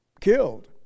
killed